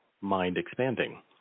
mind-expanding